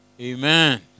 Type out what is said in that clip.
Amen